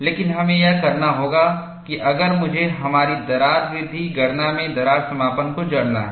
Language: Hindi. लेकिन हमें यह करना होगा कि अगर मुझे हमारी दरार वृद्धि गणना में दरार समापन को जड़ना है